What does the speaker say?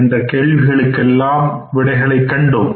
என்கின்ற கேள்விகளுக்கு விடைகளைக் கண்டோம்